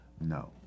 no